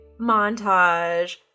montage